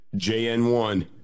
JN1